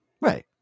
Right